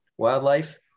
Wildlife